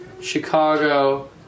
Chicago